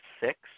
six